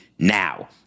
now